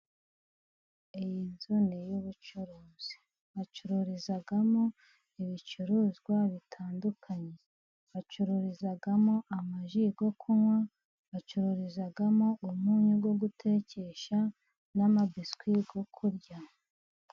Iyi nzu ni iy'ubucuruzi bacururizamo ibicuruzwa bitandukanye. Bacururizamo amaji yo kunywa bacururizamo umunyu wo gutekesha n'amabiswi yo kurya.